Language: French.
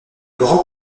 grand